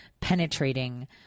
penetrating